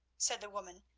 said the woman,